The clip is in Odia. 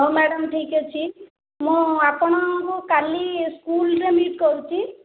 ହଉ ମ୍ୟାଡ଼ାମ ଠିକ୍ ଅଛି ମୁଁ ଆପଣଙ୍କୁ କାଲି ସ୍କୁଲରେ ମିଟ୍ କରୁଛି